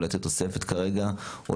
או לתת כרגע תוספת,